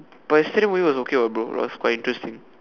but yesterday movie was okay what bro it was quite interesting